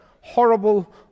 horrible